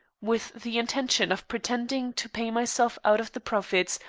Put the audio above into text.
with the intention of pretending to pay myself out of the profits,